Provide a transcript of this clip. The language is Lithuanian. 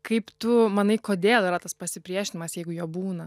kaip tu manai kodėl yra tas pasipriešinimas jeigu jo būna